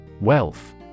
Wealth